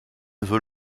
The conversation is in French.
veut